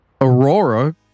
Aurora